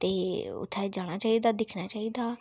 ते उत्थै जाना चाहिदा दिक्खना चाहिदा